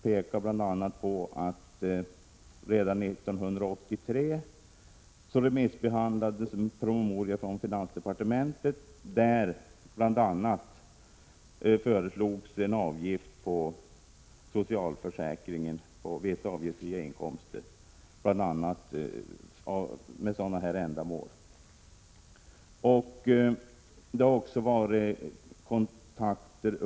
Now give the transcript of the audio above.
Redan 1983 remissbehandlades en promemoria från finansdepartementet där det bl.a. föreslogs att en särskild avgift till socialförsäkringen skulle tas ut på vissa avgiftsfria inkomster bl.a. med sådana ändamål som det här är fråga om.